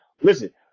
listen